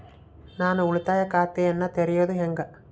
ನಾನು ಉಳಿತಾಯ ಖಾತೆಯನ್ನ ತೆರೆಯೋದು ಹೆಂಗ?